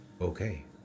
Okay